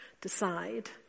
decide